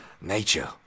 Nature